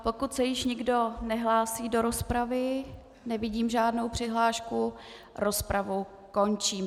Pokud se již nikdo nehlásí do rozpravy nevidím žádnou přihlášku rozpravu končím.